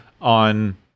on